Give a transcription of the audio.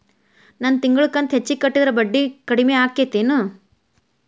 ನನ್ ತಿಂಗಳ ಕಂತ ಹೆಚ್ಚಿಗೆ ಕಟ್ಟಿದ್ರ ಬಡ್ಡಿ ಕಡಿಮಿ ಆಕ್ಕೆತೇನು?